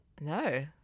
no